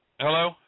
Hello